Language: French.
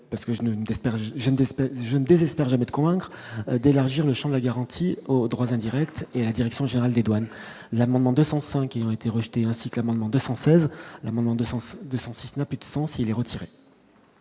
d'espèces, je ne désespère jamais de convaincre, d'élargir le Champ de la garantie aux droits indirects et la direction générale des douanes l'amendement 205 ils ont été rejetés, ainsi que l'amendement 216 la maman de sens 206 n'a plus de sens, il est retiré.